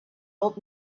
old